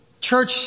church